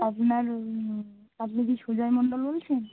আপনার আপনি কি সুজয় মণ্ডল বলছেন